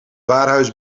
warenhuis